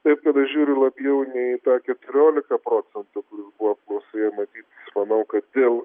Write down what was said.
taip kad aš žiūriu labiau ne į keturiolika procentų kur buvo apklausoje matyt manau kad dėl